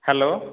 hello